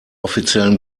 offiziellen